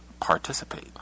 participate